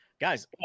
Guys